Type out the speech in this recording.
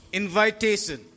invitation